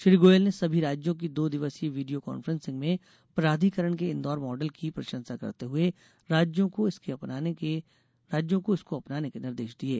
श्री गोयल ने सभी राज्यों की दो दिवसीय वीडियो कांफ्रेंसिंग में प्राधिकरण ने इंदौर मॉडल की प्रशंसा करते हुए राज्यों को इसको अपनाने के निर्देश दिये